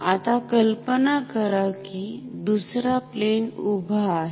आता कल्पना करा कि दुसरा प्लेन उभा आहे